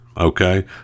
Okay